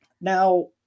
Now